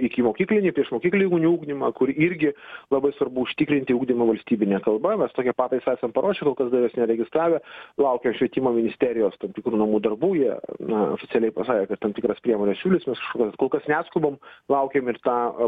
ikimokyklinį priešmokyklin niugdymą kur irgi labai svarbu užtikrinti ugdymą valstybine kalba mes tokią pataisą esam paruošę kol kas dar jos neregistravę laukiu aš švietimo ministerijos tam tikrų namų darbų jie na oficialiai pasakė kad tam tikras priemones siūlys mes kažkokias kol kas neskubam laukiam ir tą